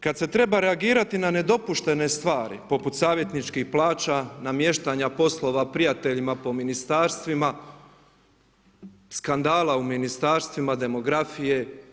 Kad se treba reagirati na nedopuštene stvari poput savjetničkih plaća, namještanja poslova prijateljima po ministarstvima, skandala u ministarstvima, demografije.